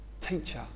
Teacher